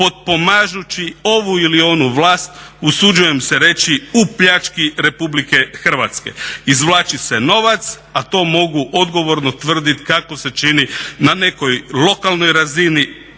potpomažući ovu ili onu vlast usuđujem se reći u pljački Republike Hrvatske. izvlači se novac, a to mogu odgovorno tvrdit kako se čini na nekoj lokalnoj razini